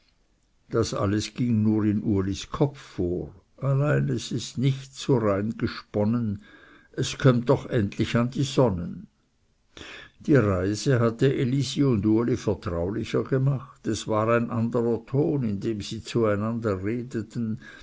das alles ging nur in ulis kopf vor allein es ist nichts so rein gesponnen es kömmt doch endlich an die sonnen die reise hatte elisi und uli vertraulicher gemacht es war ein anderer ton in dem sie zueinander redeten